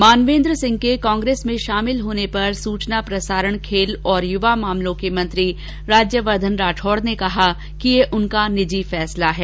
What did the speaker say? मानवेन्द्र सिंह के कांग्रेस में शामिल होने पर सूचना प्रसारण खेल और युवा मामलों के मंत्री राज्यवर्द्वन राठौड़ ने कहा कि ये उनका निजी फैसला है